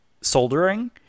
soldering